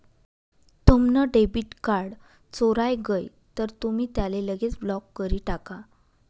तुम्हना debit card चोराय गय तर तुमी त्याले लगेच ब्लॉक करी टाका